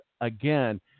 again